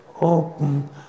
open